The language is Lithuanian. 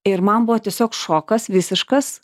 ir man buvo tiesiog šokas visiškas